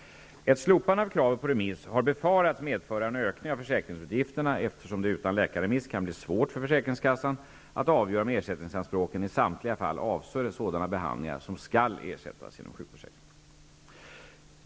Ett slopande av kravet på remiss har befarats medföra en ökning av försäkringsutgifterna, eftersom det utan läkarremiss kan bli svårt för försäkringskassan att avgöra om ersättningsanspråken i samtliga fall avser sådana behandlingar som skall ersättas genom sjukförsäkringen.